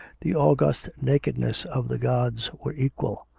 the august nakedness of the gods were equal,